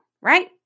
right